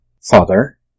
Father